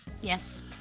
Yes